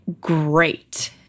great